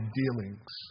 dealings